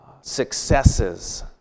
Successes